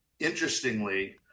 Interestingly